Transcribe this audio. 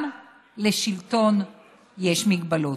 גם לשלטון יש מגבלות.